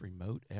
remote